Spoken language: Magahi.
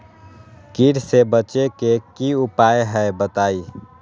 कीट से बचे के की उपाय हैं बताई?